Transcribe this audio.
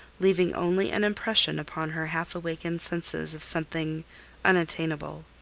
leaving only an impression upon her half-awakened senses of something unattainable.